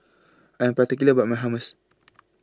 I Am particular about My Hummus